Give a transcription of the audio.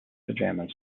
pajamas